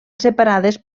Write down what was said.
separades